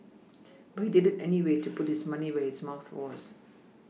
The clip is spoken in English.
but he did it anyway to put his money where his mouth was